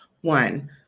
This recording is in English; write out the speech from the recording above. One